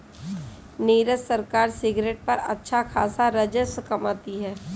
नीरज सरकार सिगरेट पर अच्छा खासा राजस्व कमाती है